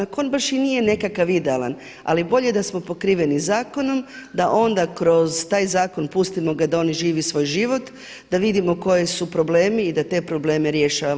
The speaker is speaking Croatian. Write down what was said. Ako on baš i nije nekakav idealan, ali bolje da smo pokriveni zakonom, da onda kroz taj zakon pustimo ga da on živi svoj život, da vidimo koji su problemi i da te probleme rješavamo.